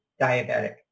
diabetic